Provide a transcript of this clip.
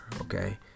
Okay